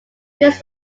fixed